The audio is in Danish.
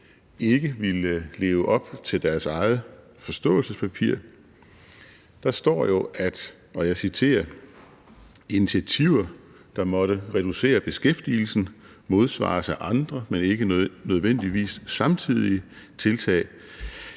ikke ville leve op til deres eget forståelsespapir. Der står jo, og jeg citerer, at »initiativer, der måtte reducere beskæftigelsen, modsvares af andre – men ikke nødvendigvis samtidige – tiltag,